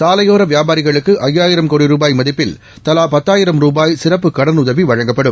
சாலையோரவியாபாரிகளுக்குஐயாயிரம் கோடி ரூபாய் மதிப்பில் தலாபத்தாயிரம் ரூபாய் சிறப்பு கடவுதவிவழங்கப்படும்